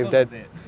because of that